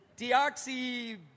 Deoxy